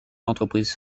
l’entreprise